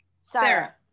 Sarah